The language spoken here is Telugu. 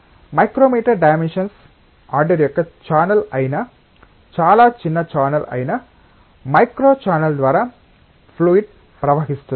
మైక్రోమీటర్ డైమెన్షన్స్ ఆర్డర్ యొక్క ఛానెల్ అయిన చాలా చిన్న ఛానల్ అయిన మైక్రో ఛానల్ ద్వారా ఫ్లూయిడ్ ప్రవహిస్తుంది